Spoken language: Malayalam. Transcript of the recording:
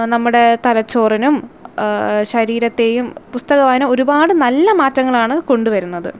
നമ്മുടെ തലച്ചോറിനും ശരീരത്തെയും പുസ്തക വായന ഒരുപാട് നല്ല മാറ്റങ്ങളാണ് കൊണ്ടുവരുന്നത്